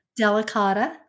Delicata